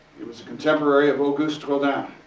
he was a contemporary of auguste rodin.